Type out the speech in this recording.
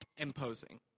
Imposing